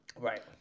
Right